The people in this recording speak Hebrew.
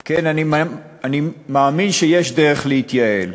כן, אני מאמין שיש דרך להתייעל,